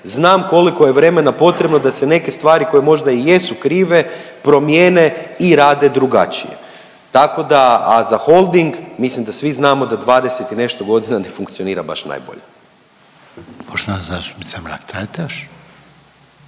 znam koliko je vremena potrebno da se neke stvari koje možda i jesu krive promijene i rade drugačije. Tako da, a za holding, mislim da svi znamo da 20 i nešto godina ne funkcionira baš najbolje. **Reiner, Željko